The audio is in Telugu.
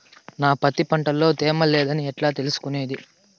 నా పత్తి పంట లో తేమ లేదని ఎట్లా తెలుసుకునేది?